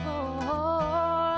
oh